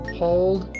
hold